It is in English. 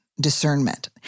discernment